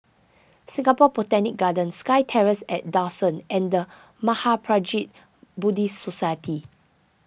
Singapore Botanic Gardens SkyTerrace at Dawson and the Mahaprajna Buddhist Society